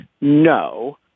No